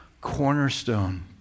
cornerstone